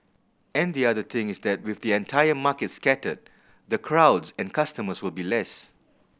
and the other thing is that with the entire market scattered the crowds and customers will be less